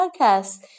podcast